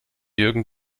jürgen